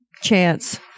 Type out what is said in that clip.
Chance